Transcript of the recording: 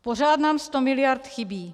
Pořád nám 100 mld. chybí.